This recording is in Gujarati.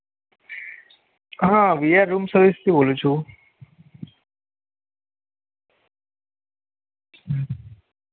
વીઆર રૂમ સર્વિસથી બોલું છું